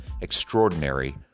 extraordinary